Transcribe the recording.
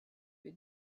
wir